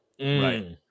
Right